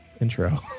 intro